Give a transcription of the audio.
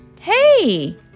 Hey